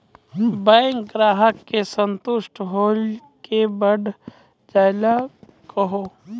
Bank ग्राहक के संतुष्ट होयिल के बढ़ जायल कहो?